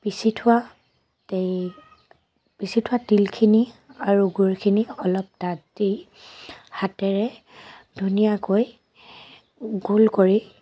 পিছি থোৱা তেই পিছি পিছি থোৱা তিলখিনি আৰু গুৰখিনি অলপ তাত দি হাতেৰে ধুনীয়াকৈ গোল কৰি